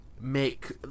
make